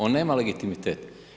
On nema legitimitet.